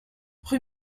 rue